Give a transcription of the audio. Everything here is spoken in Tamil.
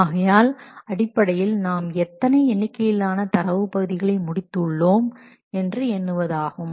ஆகையால் அடிப்படையில் நாம் எத்தனை எண்ணிக்கையிலான தரவுபதிவுகளை முடித்து உள்ளோம் என்று எண்ணுவதாகும்